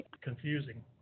confusing